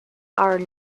are